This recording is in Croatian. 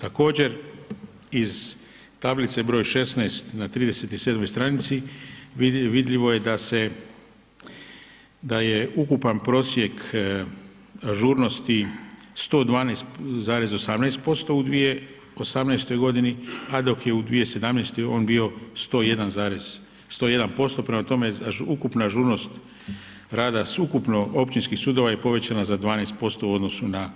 Također, iz tablice broj 16. na 37 stranici vidljivo je da se, da je ukupan prosjek ažurnosti 112,18% u 2018. godini, a dok je u 2017. on bio 101, 101% prema tome ukupna ažurnost rada ukupno općinskih sudova je povećana za 12% u odnosu na